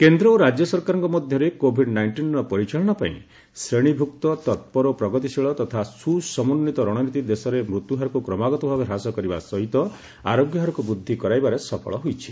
କେନ୍ଦ୍ର ଓ ରାଜ୍ୟ ସରକାରଙ୍କ ମଧ୍ୟରେ କୋଭିଡ୍ ନାଇଷ୍ଟିନ୍ର ପରିଚାଳନାପାଇଁ ଶ୍ରେଣୀଭୁକ୍ତ ତତ୍ପର ପ୍ରଗତିଶୀଳ ତଥା ସୁସମନ୍ୱିତ ରଣନୀତି ଦେଶରେ ମୃତ୍ୟୁ ହାରକୁ କ୍ରମାଗତ ଭାବେ ହ୍ରାସ କରିବା ସହିତ ଆରୋଗ୍ୟ ହାରକୁ ବୃଦ୍ଧି କରାଇବାରେ ସଫଳ ହୋଇଛି